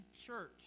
church